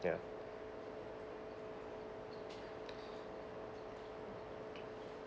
ya